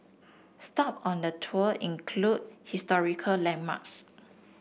stop on the tour include historical landmarks